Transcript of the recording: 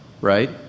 right